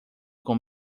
com